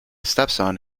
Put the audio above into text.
stepson